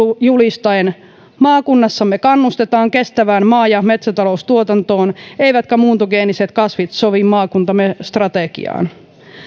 julistaen että maakunnassamme kannustetaan kestävään maa ja metsätaloustuotantoon eivätkä muuntogeeniset kasvit sovi maakuntamme strategiaan